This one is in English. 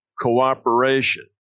cooperation